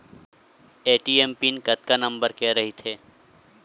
ATM PIN कतका number के रही थे?